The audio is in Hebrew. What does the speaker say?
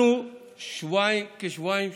אנחנו כשבועיים